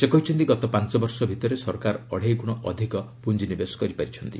ସେ କହିଛନ୍ତି ଗତ ପାଞ୍ଚ ବର୍ଷ ଭିତରେ ସରକାର ଅଢେଇଗ୍ରଣ ଅଧିକ ପ୍ରଞ୍ଜିନିବେଶ କରିଛନ୍ତି